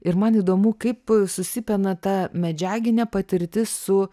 ir man įdomu kaip susipina ta medžiaginė patirtis su